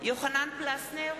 יוחנן פלסנר,